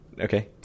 Okay